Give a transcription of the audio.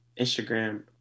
Instagram